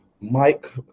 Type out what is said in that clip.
Mike